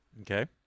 Okay